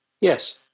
Yes